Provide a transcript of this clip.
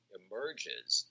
emerges